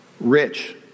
rich